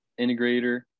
integrator